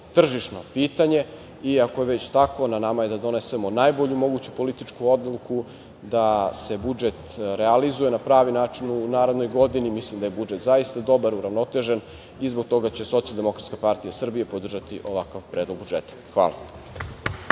tržišno pitanje. Ako je već tako, na nama je da donesemo najbolju moguću političku odluku, da se budžet realizuje na pravi način u narednoj godini. Mislim da je budžet zaista dobar uravnotežen i zbog toga će Socijaldemokratska partija Srbije podržati ovakav Predlog budžeta. Hvala.